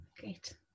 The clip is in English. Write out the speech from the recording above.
Great